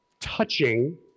touching